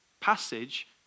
passage